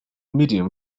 medium